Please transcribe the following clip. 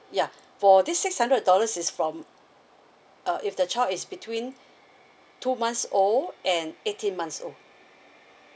ya for this six hundred dollars is from uh if the child is between two months old and eighteen months old